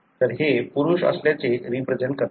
तर हे पुरुष असल्याचे रिप्रेझेन्ट करतात